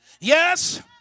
Yes